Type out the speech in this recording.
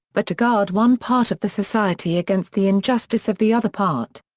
but to guard one part of the society against the injustice of the other part.